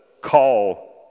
call